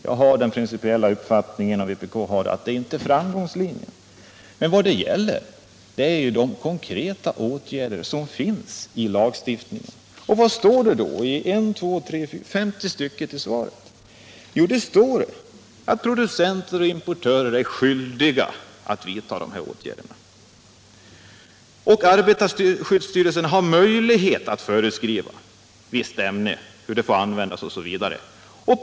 Vpk har den principiella uppfattningen att det inte är framgångslinjen. Vad det gäller är de konkreta åtgärder som föreskrivs i lagstiftningen. Och vad står det då i svaret? Jo: Producenter och importörer är skyldiga att vidta åtgärder. Och arbetarskyddsstyrelsen har möjlighet att föreskriva hur ett visst ämne får användas samt att utfärda förbud.